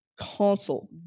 console